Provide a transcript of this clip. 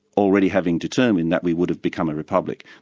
already having determined that we would have become a republic.